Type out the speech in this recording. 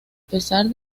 pesar